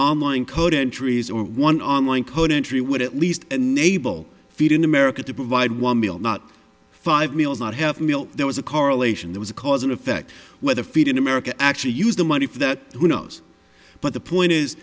online code entries or one on one code entry would at least enable feeding america to provide one meal not five meals not have milk there was a correlation there was a cause and effect where the feed in america actually used the money for that who knows but the point is